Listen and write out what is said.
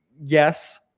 yes